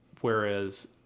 Whereas